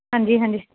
ਹਾਂਜੀ ਹਾਂਜੀ